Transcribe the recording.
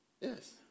Yes